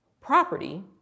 Property